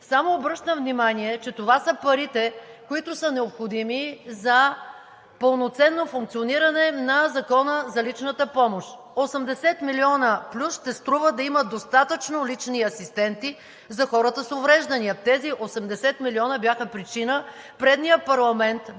Само обръщам внимание, че това са парите, необходими за пълноценно функциониране на Закона за личната помощ и 80 млн. лв. плюс ще струва да има достатъчно лични асистенти за хората с увреждания. Тези 80 млн. лв. бяха причина предният парламент да ореже